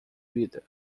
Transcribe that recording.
vida